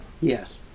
Yes